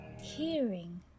Hearing